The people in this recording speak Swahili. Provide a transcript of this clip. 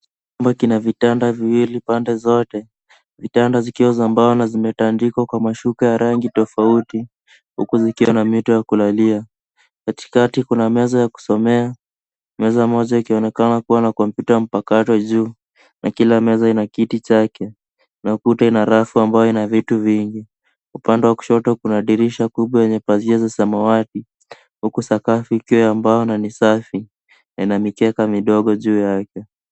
Chumba kina vitanda viwili pande zote. Vitanda vikiwa za mbao na vimetandikwa kwa mashuka ya rangi tofauti huku vikiwa na mito ya kulalia. Katikati kuna meza ya kusomea, meza moja ikionekana kuwa na kompyuta mpakato juu na kila meza ina kiti chake. Ukuta ina rafu ambayo ina vitu vingi. Upande wa kushoto kuna dirisha kubwa yenye pazia za samawati, huku sakafu ikiwa ya mbao na ni safi na ina mikeka midogo juu yake.